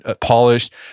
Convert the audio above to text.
polished